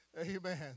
Amen